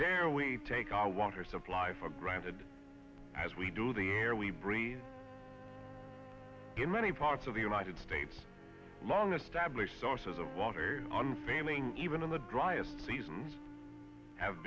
dare we take our water supply for granted as we do the air we breathe in many parts of the united states long established sources of water on failing even in the driest seasons have